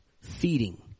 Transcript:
feeding